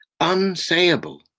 Unsayable